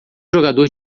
jogador